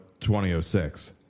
2006